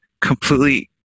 completely